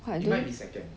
!wah! I don't